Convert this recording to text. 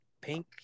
pink